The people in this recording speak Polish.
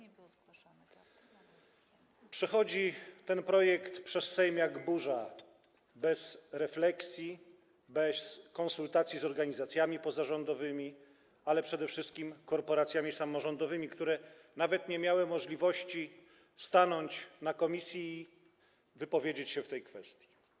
Ten projekt przechodzi przez Sejm jak burza, bez refleksji, bez konsultacji z organizacjami pozarządowymi, a przede wszystkim korporacjami samorządowymi, które nawet nie miały możliwości stanąć przed komisją i wypowiedzieć się w tej kwestii.